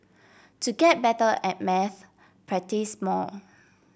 to get better at maths practise more